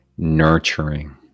Nurturing